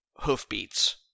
hoofbeats